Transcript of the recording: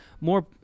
more